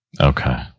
okay